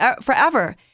forever